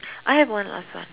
I have one last one